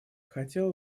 хотела